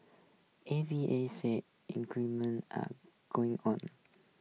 A V A said improvement are going on